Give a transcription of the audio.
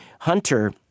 Hunter